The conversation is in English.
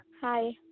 Hi